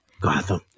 Gotham